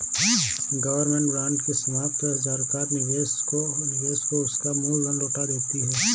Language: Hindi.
गवर्नमेंट बांड की समाप्ति पर सरकार निवेशक को उसका मूल धन लौटा देती है